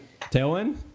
Tailwind